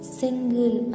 single